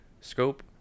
scope